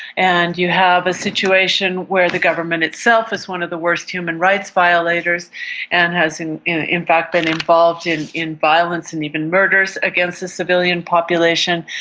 and you have a situation where the government itself is one of the worst human rights violators and has in in fact been involved in in violence and even murders against the civilian population.